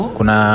Kuna